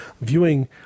viewing